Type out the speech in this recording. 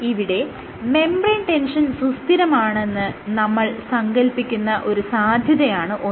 ഇവിടെ membrane tension സുസ്ഥിരമാണെന്ന് നമ്മൾ സങ്കൽപ്പിക്കുന്ന ഒരു സാധ്യതയാണ് ഒന്ന്